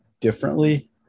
differently